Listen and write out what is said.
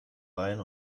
rein